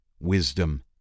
wisdom